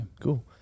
Cool